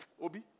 Obi